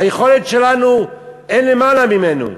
היכולת שלנו אין למעלה ממנה.